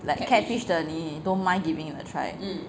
like a catfish 的你 don't mind giving it a try